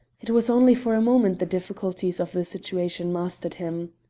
it was only for a moment the difficulties of the situation mastered him.